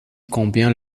combien